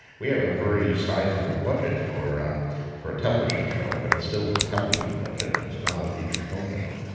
we have a very sizable budget for for a television show, but it's still a television budget and it's not a feature film budget.